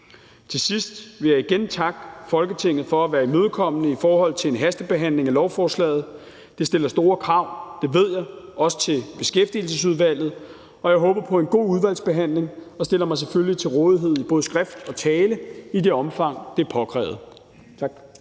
Til sidst vil jeg igen takke Folketinget for at være imødekommende i forhold til en hastebehandling af lovforslaget. Det stiller store krav, det ved jeg, også til Beskæftigelsesudvalget. Og jeg håber på en god udvalgsbehandling og stiller mig selvfølgelig til rådighed både på skrift og i tale i det omfang, det er påkrævet.